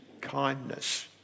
kindness